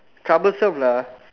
troublesome lah